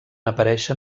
aparèixer